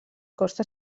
costa